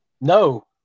No